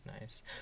Nice